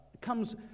comes